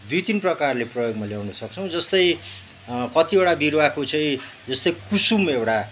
दुई तिन प्रकारले प्रयोगमा ल्याउनसक्छौँ जस्तै कतिवटा बिरुवाको चाहिँ जस्तै कुसुम एउटा